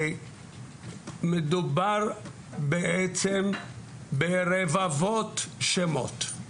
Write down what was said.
מדובר בעצם ברבבות שמות.